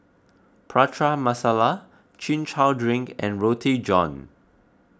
Prata Masala Chin Chow Drink and Roti John